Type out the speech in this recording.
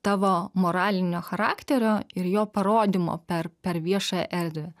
tavo moralinio charakterio ir jo parodymo per per viešąją erdvę